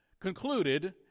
concluded